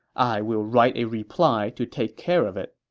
i will write a reply to take care of it.